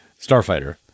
Starfighter